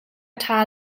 ṭha